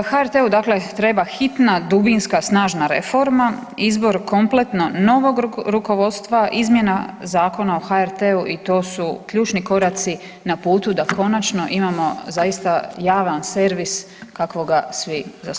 HRT-u dakle treba hitna, dubinska, snažna reforma, izbor kompletno novog rukovodstva, izmjena Zakona o HRT-u i to su ključni koraci na putu da konačno imamo zaista javan servis kakvog ga svi zaslužujemo.